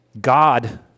God